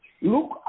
look